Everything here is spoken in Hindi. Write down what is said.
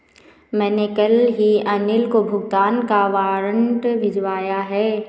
मैंने कल ही अनिल को भुगतान का वारंट भिजवाया है